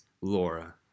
Laura